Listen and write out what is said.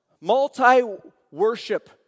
multi-worship